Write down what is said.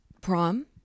prom